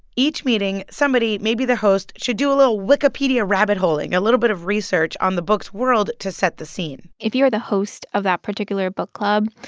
each meeting, somebody maybe the host should do a little wikipedia rabbit-holeing, a little bit of research on the book's world to set the scene if you're the host of that particular book club,